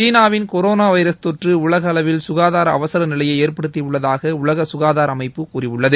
சீனாவின் corona virus தொற்று உலக அளவில் சுகாதார அவசர நிலையை ஏற்படுத்தியுள்ளதாக உலக சுகாதார அமைப்பு கூறியுள்ளது